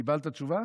קיבלת תשובה?